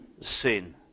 sin